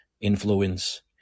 influence